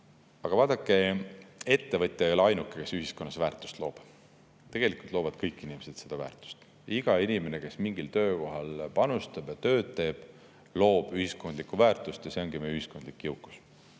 Vaadake, ettevõtja ei ole ainuke, kes ühiskonnas väärtust loob. Tegelikult loovad kõik inimesed väärtust. Iga inimene, kes mingil töökohal panustab, tööd teeb, loob ühiskondlikku väärtust ja see ongi meie ühiskondlik jõukus.